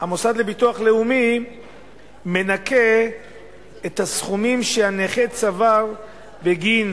המוסד לביטוח לאומי מנכה את הסכומים שהנכה צבר בגין